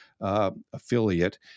Affiliate